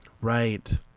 right